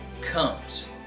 comes